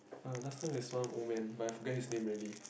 er last time is one old man but I forget his name already